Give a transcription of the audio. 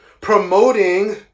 promoting